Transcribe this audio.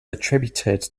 attributed